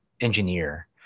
engineer